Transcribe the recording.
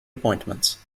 appointments